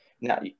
Now